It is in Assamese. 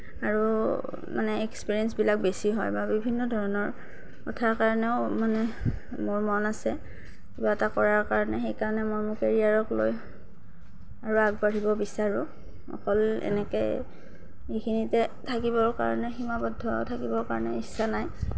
আৰু মানে এক্সপেৰিয়েঞ্চবিলাক বেছি হয় বা বিভিন্ন ধৰণৰ কথাৰ কাৰণেও মানে মোৰ মন আছে কিবা এটা কৰাৰ কাৰণে সেইকাৰণে মই মোৰ কেৰিয়াৰক লৈ আৰু আগবাঢ়িব বিচাৰোঁ অকল এনেকৈ এইখিনিতে থাকিবৰ কাৰণে সীমাবদ্ধ থাকিবৰ কাৰণে ইচ্ছা নাই